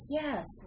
Yes